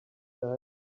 like